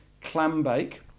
Clambake